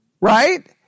right